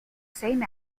same